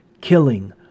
killing